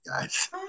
guys